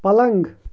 پلنٛگ